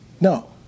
No